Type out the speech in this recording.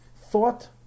thought